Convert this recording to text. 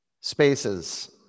spaces